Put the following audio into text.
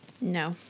No